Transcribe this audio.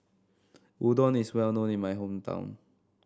Udon is well known in my hometown